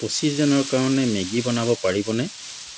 পঁচিছ জনৰ কাৰণে মেগী বনাব পাৰিবনে